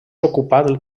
ocupat